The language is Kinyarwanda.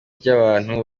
ry’abantu